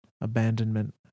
abandonment